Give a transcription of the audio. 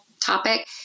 topic